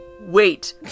Wait